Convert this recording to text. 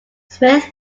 smith